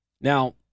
Now